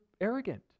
arrogant